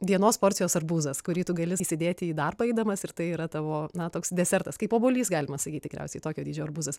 vienos porcijos arbūzas kurį tu gali įsidėti į darbą eidamas ir tai yra tavo na toks desertas kaip obuolys galima sakyti tikriausiai tokio dydžio arbūzas